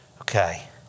Okay